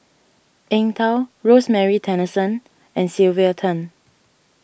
Eng Tow Rosemary Tessensohn and Sylvia Tan